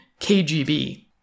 KGB